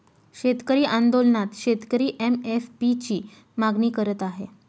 शेतकरी आंदोलनात शेतकरी एम.एस.पी ची मागणी करत आहे